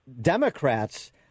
Democrats